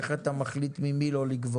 איך אתה מחליט ממי לא לגבות?